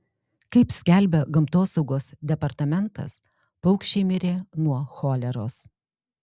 kaip skelbia gamtosaugos departamentas paukščiai mirė nuo choleros